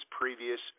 previous